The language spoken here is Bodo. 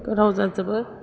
गोथाव जाजोबो